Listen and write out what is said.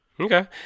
okay